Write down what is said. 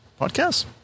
podcast